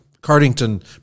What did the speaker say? Cardington